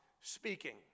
speaking